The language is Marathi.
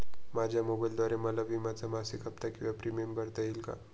माझ्या मोबाईलद्वारे मला विम्याचा मासिक हफ्ता किंवा प्रीमियम भरता येईल का?